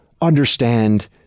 understand